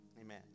amen